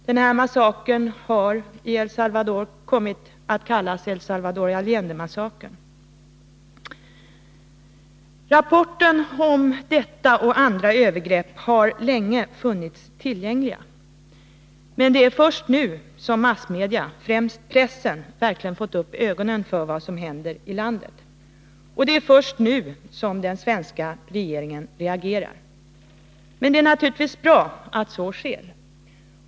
Den massakern har kommit att kallas El Salvador Allende-massakern. Rapporter om detta och andra övergrepp har länge funnits tillgängliga, men det är först nu som massmedia, främst pressen, verkligen fått upp ögonen för vad som händer i landet. Det är först nu som den svenska regeringen reagerat. Det är naturligtvis bra att så sker.